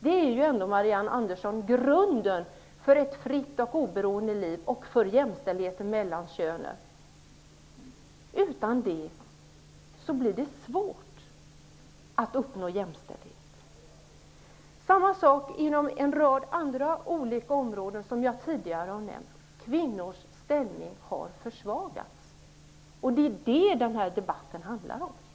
Den rätten, Marianne Andersson, är grunden till ett fritt och oberoende liv och för jämställdheten mellan könen. Utan den blir det svårt att uppnå jämställdhet. Också inom en rad andra områden som jag tidigare har nämnt har kvinnors ställning försvagats, och det är det som den här debatten handlar om.